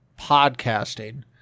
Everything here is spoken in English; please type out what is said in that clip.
podcasting